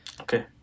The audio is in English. Okay